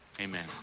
Amen